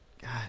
God